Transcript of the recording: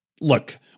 look